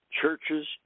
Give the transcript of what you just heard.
churches